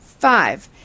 Five